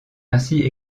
ainsi